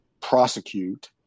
prosecute